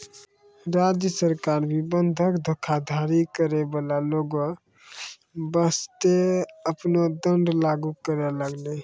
राज्य सरकार भी बंधक धोखाधड़ी करै बाला लोगो बासतें आपनो दंड लागू करै लागलै